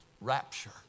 rapture